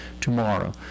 tomorrow